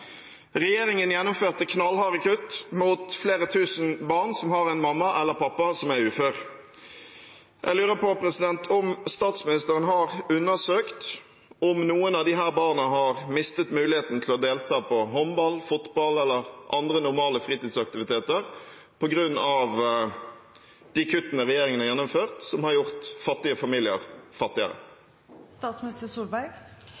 Regjeringen gjennomførte knallharde kutt mot flere tusen barn som har en mamma eller en pappa som er ufør. Jeg lurer på om statsministeren har undersøkt om noen av disse barna har mistet muligheten til å delta på håndball, fotball eller andre normale fritidsaktiviteter på grunn av de kuttene regjeringen har gjennomført, som har gjort fattige familier